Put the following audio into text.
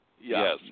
Yes